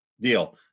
Deal